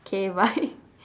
K bye